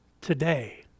today